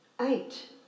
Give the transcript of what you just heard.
Eight